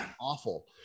awful